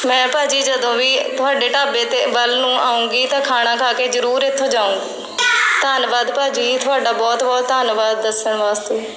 ਮੈਂ ਭਾਅ ਜੀ ਜਦੋਂ ਵੀ ਤੁਹਾਡੇ ਢਾਬੇ ਦੇ ਵੱਲ ਨੂੰ ਆਉਂਗੀ ਤਾਂ ਖਾਣਾ ਖਾ ਕੇ ਜ਼ਰੂਰ ਇੱਥੋਂ ਜਾਉਂ ਧੰਨਵਾਦ ਭਾਅ ਜੀ ਤੁਹਾਡਾ ਬਹੁਤ ਬਹੁਤ ਧੰਨਵਾਦ ਦੱਸਣ ਵਾਸਤੇ